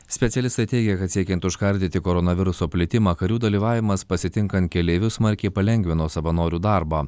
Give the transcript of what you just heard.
specialistai teigia kad siekiant užkardyti koronaviruso plitimą karių dalyvavimas pasitinkant keleivius smarkiai palengvino savanorių darbą